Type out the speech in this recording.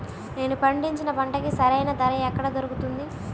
నేను పండించిన పంటకి సరైన ధర ఎక్కడ దొరుకుతుంది?